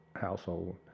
household